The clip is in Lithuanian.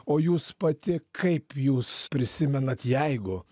o jūs pati kaip jūs prisimenat jeigu